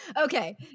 Okay